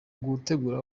gutegura